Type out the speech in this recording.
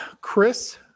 Chris